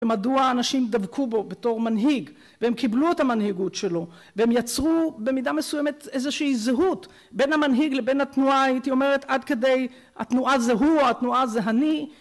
ומדוע האנשים דבקו בו בתור מנהיג והם קיבלו את המנהיגות שלו והם יצרו במידה מסוימת איזושהי זהות בין המנהיג לבין התנועה הייתי אומרת עד כדי התנועה זה הוא התנועה זה אני